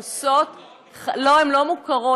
הן לא מוכרות?